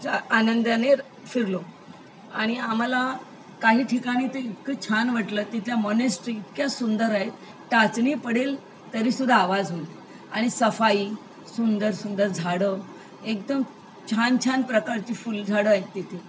चा आनंदाने फिरलो आणि आम्हाला काही ठिकाणी त इतकं छान वाटलं तिथल्या मोनेस्ट्री इतक्या सुंदर आहेत टाचणी पडेल तरीसुद्धा आवाज होईल आणि सफाई सुंदर सुंदर झाडं एकदम छान छान प्रकारची फुलझाडं आहेत तिथे